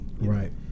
Right